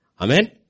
Amen